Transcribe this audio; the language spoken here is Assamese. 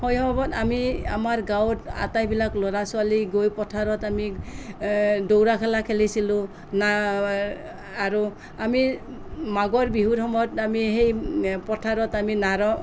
শৈশৱত আমি আমাৰ গাঁৱত আটাইবিলাক ল'ৰা ছোৱালী গৈ পথাৰত আমি দৌৰা খেলা খেলিছিলোঁ আৰু আমি মাঘৰ বিহুৰ সময়ত আমি সেই পথাৰত আমি নাৰ